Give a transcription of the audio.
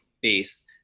base